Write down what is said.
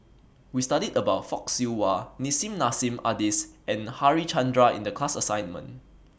We studied about Fock Siew Wah Nissim Nassim Adis and Harichandra in The class assignment